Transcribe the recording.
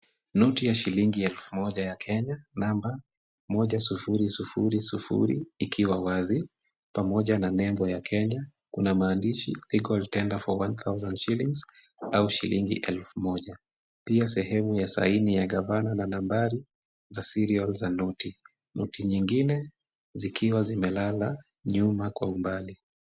Noti ya shilingi elfu moja ya Kenya. Namba,1000 ikiwa wazi, pamoja na nembo ya Kenya. Kuna maandishi Equal Tender for 1000 Shillings au shilingi elfu moja, pia sehemu ya saini ya gavana na nambari, za serial za noti, noti nyingine, zikiwa zimelala nyuma kwa umbali.